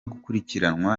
gukurikiranwa